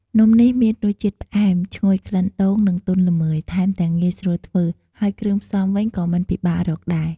នំនេះមានរសជាតិផ្អែម ឈ្ងុយក្លិនដូង និងទន់ល្មើយ ថែមទាំងងាយស្រួលធ្វើ ហើយគ្រឿងផ្សំវិញក៏មិនពិបាករកដែរ។